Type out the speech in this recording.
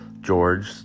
George